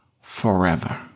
forever